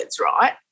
right